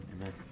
amen